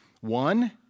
One